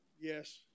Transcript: yes